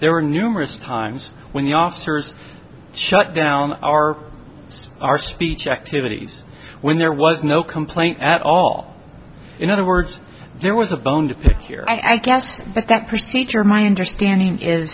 there were numerous times when the officers shut down our system our speech activities when there was no complaint at all in other words there was a bone to pick here i guess but that procedure my understanding is